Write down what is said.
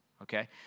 okay